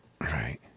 right